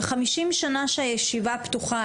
ב-50 שנה שהישיבה פתוחה,